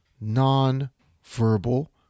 non-verbal